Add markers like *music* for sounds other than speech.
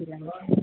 *unintelligible*